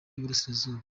yiburasirazuba